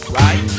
right